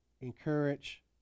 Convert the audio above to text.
encourage